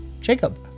Jacob